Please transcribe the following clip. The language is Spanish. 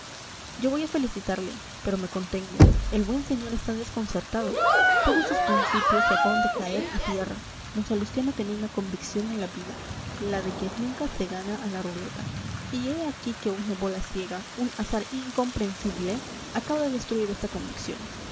yo voy a felicitarle pero me contengo el buen señor está desconcertado todos sus principios se acaban de caer a tierra d salustiano tenía una convicción en la vida la de que nunca se gana a la ruleta y he aquí que una bola ciega un azar incomprensible acaba de destruir esta convicción